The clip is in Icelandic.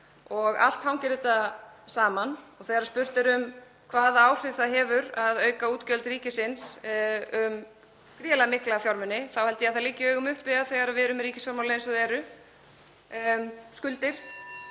og allt hangir þetta saman. Þegar spurt er hvaða áhrif það hefur að auka útgjöld ríkisins um gríðarlega mikla fjármuni þá held ég að það liggi í augum uppi að þegar við erum með ríkisfjármálin eins og þau eru, skuldir,